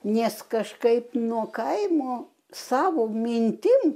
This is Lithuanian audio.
nes kažkaip nuo kaimo savo mintim